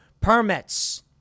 permits